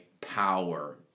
power